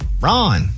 Ron